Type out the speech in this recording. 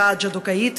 אותה ג'ודוקאית,